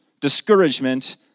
discouragement